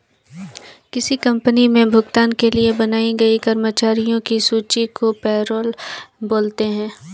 किसी कंपनी मे भुगतान के लिए बनाई गई कर्मचारियों की सूची को पैरोल बोलते हैं